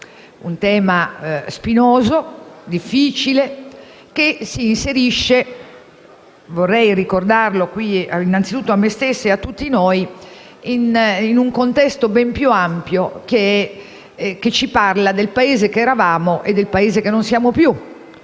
un tema spinoso e difficile, che si inserisce - vorrei ricordarlo innanzitutto a me stessa e poi a tutti - in un contesto ben più ampio che ci parla del Paese che eravamo e che non siamo più.